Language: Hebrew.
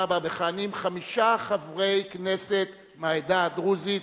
שבה מכהנים חמישה חברי כנסת מהעדה הדרוזית,